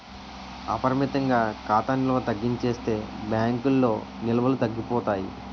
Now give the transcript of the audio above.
అపరిమితంగా ఖాతా నిల్వ తగ్గించేస్తే బ్యాంకుల్లో నిల్వలు తగ్గిపోతాయి